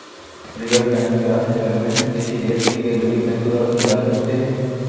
real time gross settlement किसी देश के केन्द्रीय बैंक द्वारा संचालित होते हैं